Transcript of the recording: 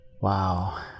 Wow